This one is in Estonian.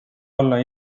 olla